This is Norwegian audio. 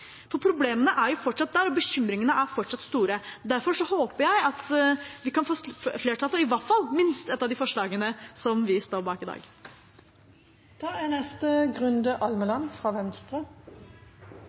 for problemene er fortsatt der, og bekymringene er fortsatt store. Derfor håper jeg vi kan få flertall for i hvert fall minst ett av de forslagene vi står bak i dag.